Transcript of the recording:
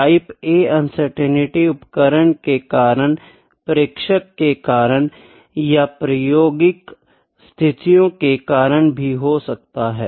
type A uncertainty उपकरण के कारण प्रेक्षक के कारण या प्रायोगिक स्थितियो के कारण भी हो सकता है